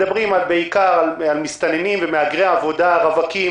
אנחנו מדברים בעיקר על מסתננים ועל מהגרי עבודה רווקים,